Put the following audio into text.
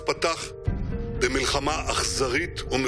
אני